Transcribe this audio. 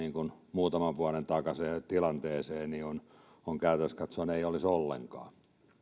muutaman vuoden takaiseen tilanteeseen on käytännössä katsoen sellainen että sitä ei olisi ollenkaan